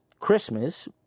Christmas